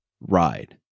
ride